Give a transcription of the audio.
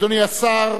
אדוני השר,